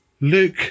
Luke